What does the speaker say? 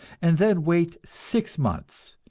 and then wait six months,